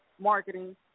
marketing